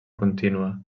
contínua